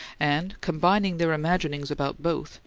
and, combining their imaginings about both,